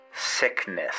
sickness